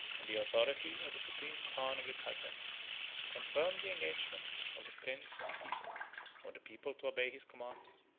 and the authority of the supreme khan of the chazars confirmed the engagement of the prince and people of the people to obey his commands,